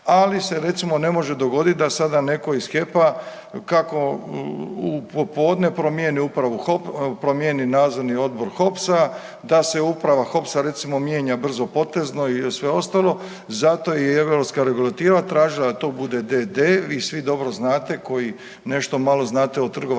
ali se recimo ne može dogoditi da sada neko iz HEP-a kako popodne upravo promijeni Nadzorni odbor HOPS-a da se uprava HOPS-a recimo mijenja brzopotezno i sve ostalo, zato i europska regulativa tražila da to bude d.d. Vi svi dobro znate koji nešto malo znate o trgovačkom